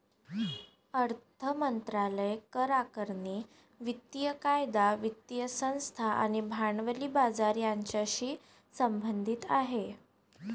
अर्थ मंत्रालय करआकारणी, वित्तीय कायदा, वित्तीय संस्था आणि भांडवली बाजार यांच्याशी संबंधित आहे